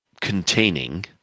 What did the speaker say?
containing